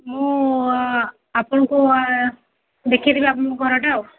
ମୁଁ ଆପଣଙ୍କୁ ଦେଖେଇଦେବି ଆପଣଙ୍କୁ ଘରଟା ଆଉ